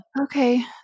okay